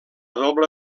doble